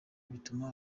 bituma